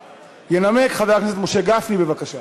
ינמק חבר הכנסת משה גפני, בבקשה.